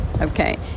okay